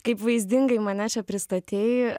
kaip vaizdingai mane čia pristatei